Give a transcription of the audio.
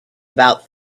about